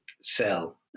sell